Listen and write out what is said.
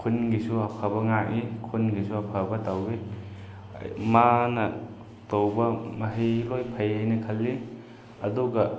ꯈꯨꯟꯒꯤꯁꯨ ꯑꯐꯕ ꯉꯥꯛꯏ ꯈꯨꯟꯒꯤꯁꯨ ꯑꯐꯕ ꯇꯧꯏ ꯃꯥꯅ ꯇꯧꯕ ꯃꯍꯩ ꯂꯣꯏꯅ ꯐꯩ ꯍꯥꯏꯅ ꯈꯜꯂꯤ ꯑꯗꯨꯒ